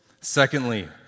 Secondly